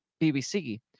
BBC